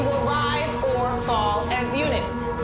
rise or fall as units.